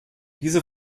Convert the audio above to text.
diese